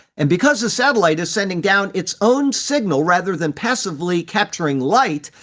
and because the satellite is sending down its own signal rather than passively capturing light,